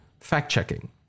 Fact-checking